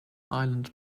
island